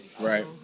Right